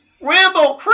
Rambo